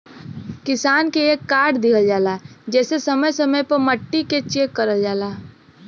किसान के एक कार्ड दिहल जाला जेसे समय समय पे मट्टी के चेक करल जाला